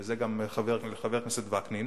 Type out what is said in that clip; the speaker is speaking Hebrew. וזה גם לחבר הכנסת וקנין,